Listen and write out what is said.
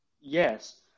Yes